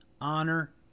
honor